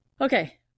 Okay